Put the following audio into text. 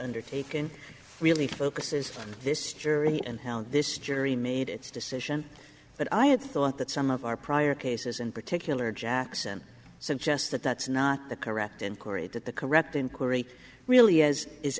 undertaking really focuses on this jury and this jury made its decision that i had thought that some of our prior cases in particular jackson suggests that that's not the correct and corey that the correct inquiry really is is